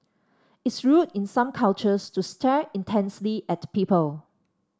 it's rude in some cultures to stare intensely at people